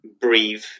Breathe